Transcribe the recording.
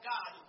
God